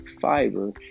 fiber